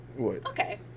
Okay